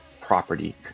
property